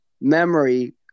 memory